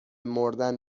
مردن